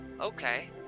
okay